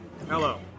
Hello